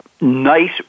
nice